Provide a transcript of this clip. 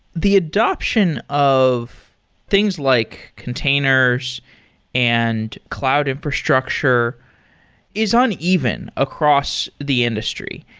the adaption of things like containers and cloud infrastructure is uneven across the industry,